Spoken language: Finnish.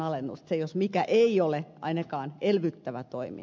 se jos mikä ei ole ainakaan elvyttävä toimi